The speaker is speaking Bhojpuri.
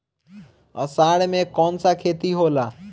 अषाढ़ मे कौन सा खेती होला?